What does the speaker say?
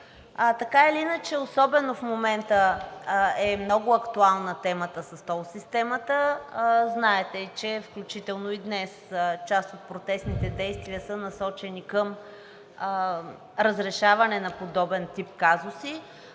Така или иначе, особено в момента е много актуална темата с тол системата. Знаете, че включително и днес част от протестните действия са насочени към разрешаване на подобен тип казуси,